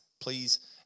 please